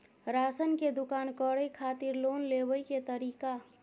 Ration के दुकान करै खातिर लोन लेबै के तरीका?